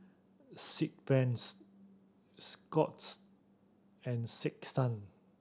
Sigvaris Scott's and Sick Sun